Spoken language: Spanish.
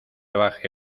baje